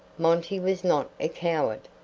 monty was not a coward,